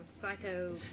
psycho